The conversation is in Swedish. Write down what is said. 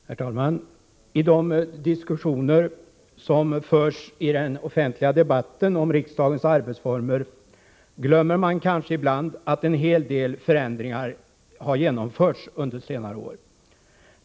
Herr talman! I de diskussioner som förekommer i den offentliga debatten om riksdagens arbetsformer glömmer man kanske ibland att en hel del förändringar har genomförts under senare år.